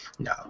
No